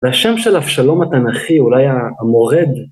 והשם של אבשלום התנ"כי, אולי המורד